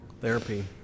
Therapy